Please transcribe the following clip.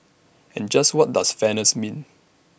and just what does fairness mean